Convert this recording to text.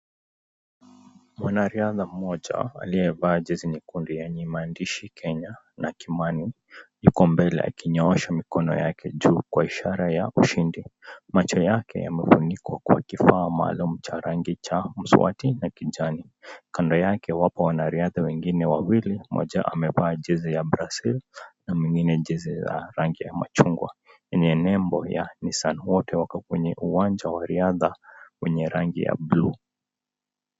Mwanariadha mmoja aliyevaa jesi nyekundu yenye maandishi Kenya na kimani ,yuko mbele akinyoosha mikono wake juu kwa ishara ya ushindi. Macho yake yamefunikwa kwa kifaa maalum cha rangi cha mswati na kijani. Kando yake wapo wanariadha wengine wawili mmoja amevaa jesi ya Brazil na mwingine jesi ya rangi ya machungwa yenye nembo ya Nissan wote wako kwenye uwanja wa riadha wenye rangi ya buluu.